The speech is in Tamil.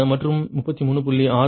மற்றும் 33